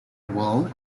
well